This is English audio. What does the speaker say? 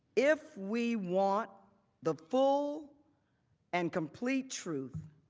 if we want the full and complete truth,